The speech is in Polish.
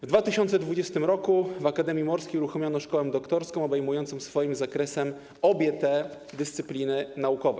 W 2020 r. w Akademii Morskiej uruchomiono szkołę doktorską obejmującą swoim zakresem obie te dyscypliny naukowe.